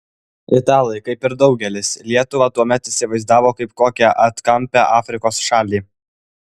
italai kaip ir daugelis lietuvą tuomet įsivaizdavo kaip kokią atkampią afrikos šalį